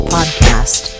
Podcast